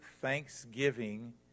thanksgiving